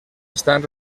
estan